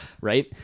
Right